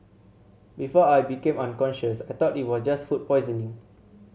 before I became unconscious I thought it was just food poisoning